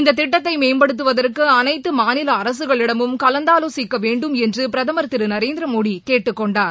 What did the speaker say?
இந்ததிட்டத்தைமேம்படுத்துவதற்குஅனைத்துமாநிலஅரசுகளிடமும் கலந்தாலோசிக்கவேண்டும் என்றுபிரதமர் திருநரேந்திரமோடிகேட்டுக்கொண்டார்